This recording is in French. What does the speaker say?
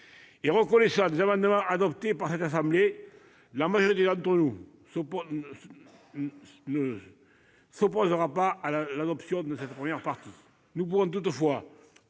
et reconnaissante des amendements adoptés par cette assemblée, la majorité d'entre nous ne s'opposera pas à l'adoption de cette première partie. Nous ne pouvons toutefois